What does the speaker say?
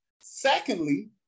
Secondly